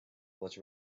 was